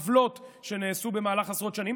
עוולות שנעשו במהלך עשרות שנים.